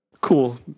cool